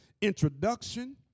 introduction